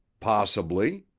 possibly.